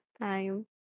time